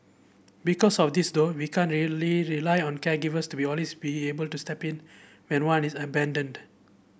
because of this though we can't really rely on caregivers to be always be able to step in when one is abandoned